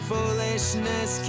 Foolishness